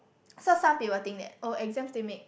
so some people think that oh exam still made